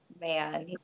man